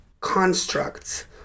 constructs